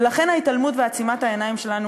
ולכן ההתעלמות ועצימת העיניים שלנו,